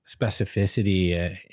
specificity